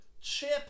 chip